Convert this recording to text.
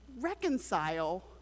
reconcile